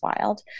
wild